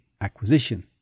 acquisition